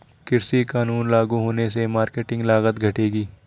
कृषि कानून लागू होने से मार्केटिंग लागत घटेगी